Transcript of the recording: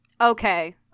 Okay